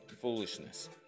foolishness